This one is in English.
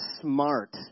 smart